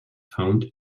found